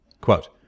Quote